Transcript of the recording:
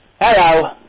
Hello